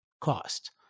cost